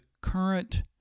current